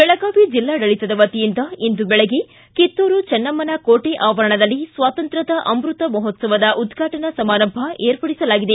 ಬೆಳಗಾವಿ ಜಿಲ್ಲಾಡಳಿತದ ವತಿಯಿಂದ ಇಂದು ಬೆಳಗ್ಗೆ ಕಿತ್ತೂರು ಚನ್ನಮ್ಮನ ಕೋಟೆ ಆವರಣದಲ್ಲಿ ಸ್ವಾತಂತ್ರ್ಯದ ಅಮೃತ ಮಹೋತ್ಸವದ ಉದ್ಘಾಟನಾ ಸಮಾರಂಭ ವಿರ್ಪಡಿಸಲಾಗಿದೆ